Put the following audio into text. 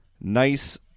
nice